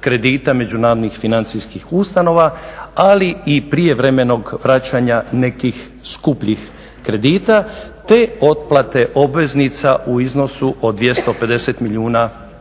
kredita međunarodnih financijskih ustanova, ali i prijevremenog vraćanja nekih skupljih kredita te otplate obveznica u iznosu od 250 milijuna eura,